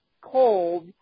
cold